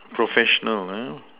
professional uh